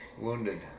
wounded